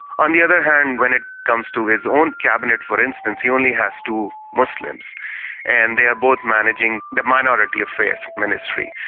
on the other hand, when it comes to his own cabinet, for instance he only has two muslims and they are both managing the minority affairs ministry.